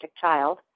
child